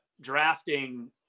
drafting